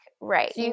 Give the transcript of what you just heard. right